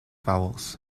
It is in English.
vowels